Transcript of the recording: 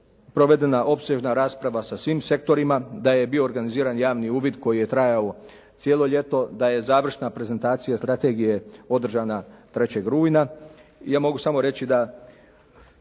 provedena opsežna rasprava sa svim sektorima, da je bio organiziran javni uvid koji je trajao cijelo ljeto, da je završna prezentacija strategije održana 3. rujna. Ja mogu samo reći da